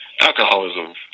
alcoholism